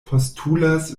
postulas